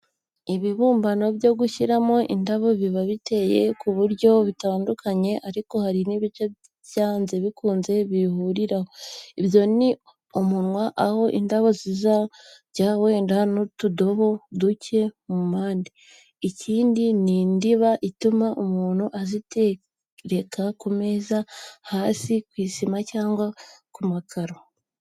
Ibibumbano byo gushyiramo indabo biba biteye ku buryo butandukanye ariko hari ibice byanze bikunze bihuriraho; ibyo ni, umunwa, aho indabo zijya wenda n'udutoboro duke mu mpande, ikindi ni indiba ituma umuntu azitereka ku meza, hasi ku isima cyangwa ku makaro.